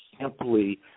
simply